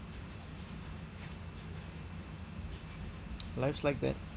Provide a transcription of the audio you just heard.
life's like that